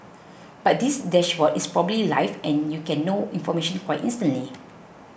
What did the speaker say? but this dashboard is probably live and you can know information quite instantly